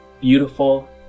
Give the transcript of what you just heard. Beautiful